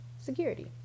security